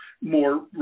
more